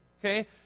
okay